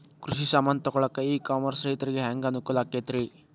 ಕೃಷಿ ಸಾಮಾನ್ ತಗೊಳಕ್ಕ ಇ ಕಾಮರ್ಸ್ ರೈತರಿಗೆ ಹ್ಯಾಂಗ್ ಅನುಕೂಲ ಆಕ್ಕೈತ್ರಿ?